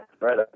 Right